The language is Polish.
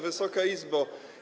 Wysoka Izbo!